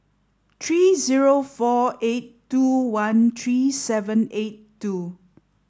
three zero four eight two one three seven eight two